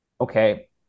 okay